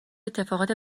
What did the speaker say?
اتفاقات